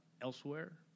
elsewhere